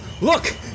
look